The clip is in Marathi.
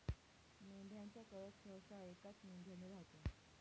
मेंढ्यांचा कळप सहसा एकाच मेंढ्याने राहतो